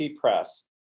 Press